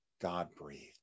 God-breathed